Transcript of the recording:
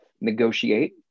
negotiate